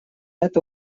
это